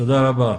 תודה רבה.